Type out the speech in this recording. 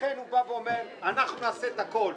לכן הוא אומר: אנחנו נעשה הכול,